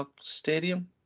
stadium